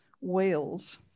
Wales